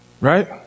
right